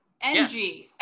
NG